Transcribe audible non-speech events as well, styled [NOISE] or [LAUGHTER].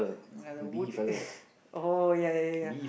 ya the wood [LAUGHS] oh ya ya ya